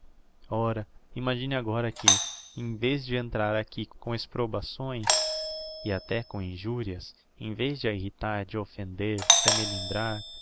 ora imagine agora que em vez de entrar aqui com exprobações e até com injurias em vez de a irritar de a offender de